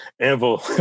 Anvil